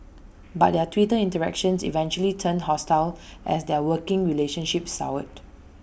but their Twitter interactions eventually turned hostile as their working relationship soured